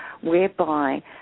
whereby